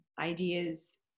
ideas